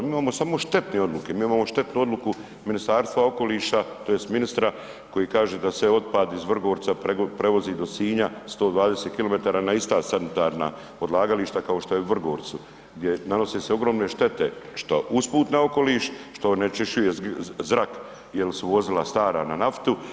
Mi imamo samo štetne odluke, mi imamo štetnu odluku Ministarstva okoliša tj. ministra koji kaže da se otpad iz Vrgorca prevozi do Sinja 120 km na ista sanitarna odlagališta kao što je u Vrgorcu gdje nanose ogromne štete, što usput na okoliš, što onečišćuje zrak jer su vozila stara na naftu.